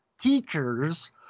teachers